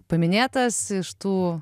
paminėtas iš tų